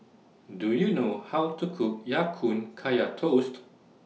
Do YOU know How to Cook Ya Kun Kaya Toast